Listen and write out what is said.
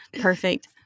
Perfect